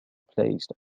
placed